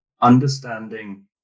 understanding